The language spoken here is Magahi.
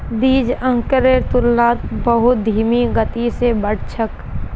बीज अंकुरेर तुलनात बहुत धीमी गति स बढ़ छेक